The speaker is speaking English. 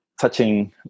touching